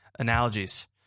analogies